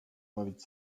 bawić